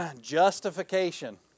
Justification